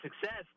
success